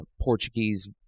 Portuguese